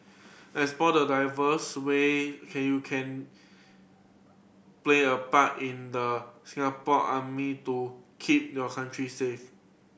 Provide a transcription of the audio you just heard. explore the diverse way can you can play a part in the Singapore Army to keep your country safe